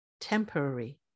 temporary